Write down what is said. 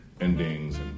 endings